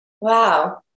Wow